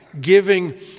giving